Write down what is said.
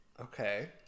okay